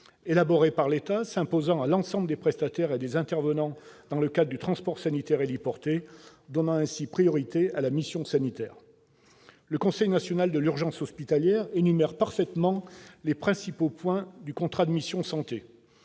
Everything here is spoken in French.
élaboré par l'État, et qui s'imposera à l'ensemble des prestataires et des intervenants dans le cadre du transport sanitaire héliporté, donnant ainsi priorité à la mission sanitaire. Le Conseil national de l'urgence hospitalière énumère parfaitement les principaux points du contrat de mission santé